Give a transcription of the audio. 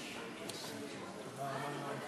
התשע"ו 2015, נתקבלה.